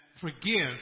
Forgive